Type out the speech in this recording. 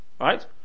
right